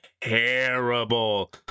terrible